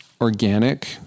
organic